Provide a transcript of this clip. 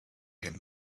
him